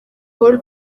paul